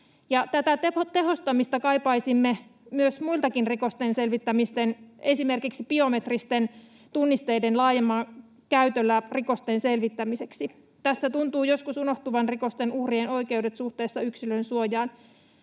tätä tehostamista kaipaisimme myös muidenkin rikosten selvittämiseen, esimerkiksi biometristen tunnisteiden laajemmalla käytöllä rikosten selvittämiseksi. Tässä tuntuu joskus unohtuvan rikosten uhrien oikeudet suhteessa yksilönsuojaan.